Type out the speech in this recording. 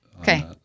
Okay